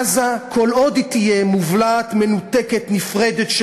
כל עוד היא תהיה מובלעת מנותקת, נפרדת,